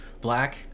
black